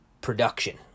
production